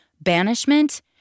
Banishment